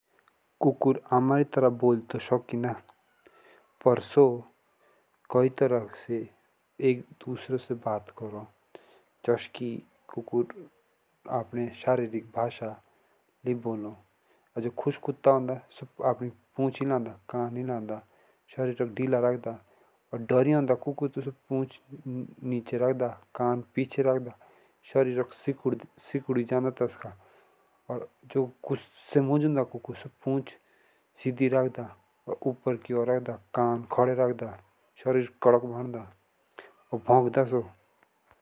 कुकुर अमरी तरह बोली सकिना पर सो कई तरह से एक दुसरों से बात करो जसकी कुकुर अपडी शारीरिक भाषा और जो खुश कुकुर होता शारीरिक दिला रखदा जुटोरियान्दो कुकुर